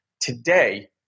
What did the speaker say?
Today